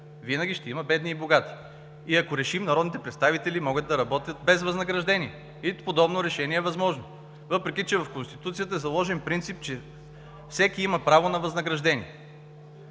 Винаги ще има бедни и богати! Ако решим, народните представители могат да работят и без възнаграждения. Подобно решение е възможно, въпреки че в Конституцията е заложен принцип, че всеки има право на възнаграждение.